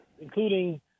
including